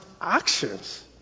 actions